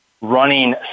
running